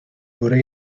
góry